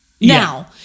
Now